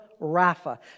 Rapha